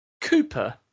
Cooper